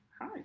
Hi